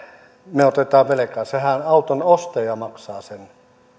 me otamme velkaa se auton ostajahan maksaa sen